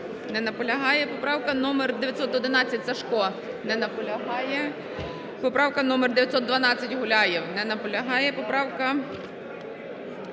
Не наполягає. Поправка номер 911, Сажко. Не наполягає. Поправка номер 912, Гуляєв. Не наполягає. Поправка